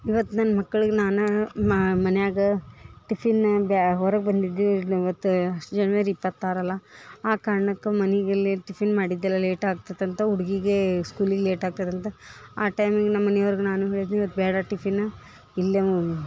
ಇವತ್ತು ನನ್ನ ಮಕ್ಳಿಗೆ ನಾನು ಮನ್ಯಾಗ ಟಿಫಿನ್ ಏನು ಬ್ಯಾ ಹೊರಗೆ ಬಂದಿದ್ದೀವಿ ಇವತ್ತ ಜನ್ವರಿ ಇಪ್ಪತ್ತಾರಲ್ಲ ಆ ಕಾರ್ಣಕ್ಕ ಮನಿಗಿಲ್ಲೆ ಟಿಫಿನ್ ಮಾಡಿದು ಇಲ್ಲ ಲೇಟ್ ಆಗ್ತೈತಿ ಅಂತ ಹುಡ್ಗಿಗೆ ಸ್ಕೂಲಿಗೆ ಲೇಟ್ ಆಗ್ತದಂತ ಆ ಟೈಮಿಗೆ ನಮ್ಮನಿಯವ್ರ್ಗ ನಾನು ಹೇಳಿದ್ನೇ ಇವತ್ತು ಬೇಡ ಟಿಫಿನ ಇಲ್ಲೆ ಉ